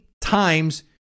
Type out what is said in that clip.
times